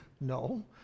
No